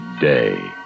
Day